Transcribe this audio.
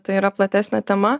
tai yra platesnė tema